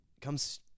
Comes